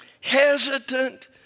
hesitant